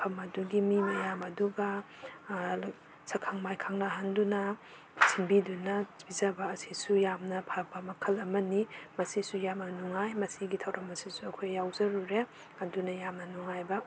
ꯑꯃꯗꯨꯒꯤ ꯃꯤ ꯃꯌꯥꯝ ꯑꯗꯨꯒ ꯁꯛꯈꯪ ꯃꯥꯏꯈꯪꯅꯍꯟꯗꯨꯅ ꯁꯤꯟꯕꯤꯗꯨꯅ ꯄꯤꯖꯕ ꯑꯁꯤꯁꯨ ꯌꯥꯝꯅ ꯐꯕ ꯃꯈꯜ ꯑꯃꯅꯤ ꯃꯁꯤꯁꯨ ꯌꯥꯝꯅ ꯅꯨꯡꯉꯥꯏ ꯃꯁꯤꯒꯤ ꯊꯧꯔꯝ ꯑꯁꯤꯁꯨ ꯑꯩꯈꯣꯏ ꯌꯥꯎꯖꯔꯨꯔꯦ ꯑꯗꯨꯅ ꯌꯥꯝꯅ ꯅꯨꯡꯉꯥꯏꯕ